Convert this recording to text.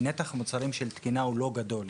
נתח המוצרים של תקינה הוא לא גדול.